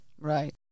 Right